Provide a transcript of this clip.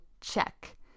check